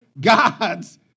God's